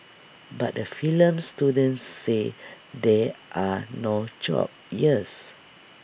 but the film students say there are no jobs here's